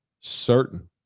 certain